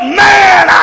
man